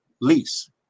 lease